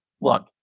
look